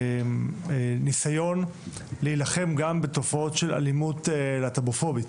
ניסיון להילחם גם בתופעות של אלימות להט"בופובית